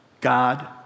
God